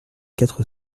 quatre